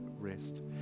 rest